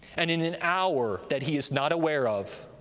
and in an hour that he is not aware of,